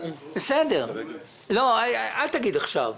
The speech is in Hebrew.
אל תגיד עכשיו.